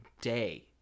day